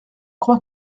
crois